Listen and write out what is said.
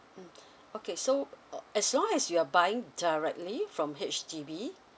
mm okay so o~ as long as you're buying directly from H_D_B